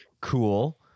Cool